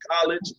college